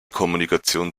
kommunikation